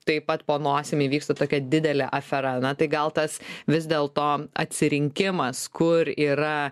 taip pat po nosim įvyksta tokia didelė afera na tai gal tas vis dėl to atsirinkimas kur yra